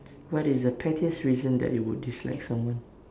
what is the pettiest reason that you would dislike someone